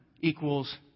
equals